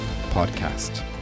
podcast